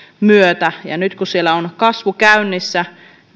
myötä nyt kun siellä on kasvu käynnissä